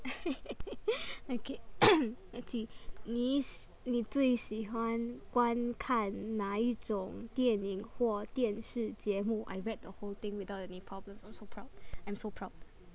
okay okay 你你最喜欢观看哪一种电影或电视节目 I read the whole thing without any problems I'm so proud I'm so proud